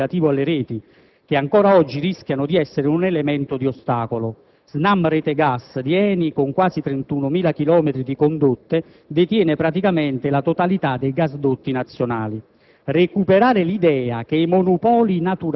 È un primo passo, sebbene resti aperto il fronte relativo alle reti, che ancora oggi rischiano di essere un elemento di ostacolo: SNAM Rete Gas di ENI, con quasi 31.000 chilometri di condotte, detiene praticamente la totalità dei gasdotti nazionali.